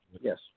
yes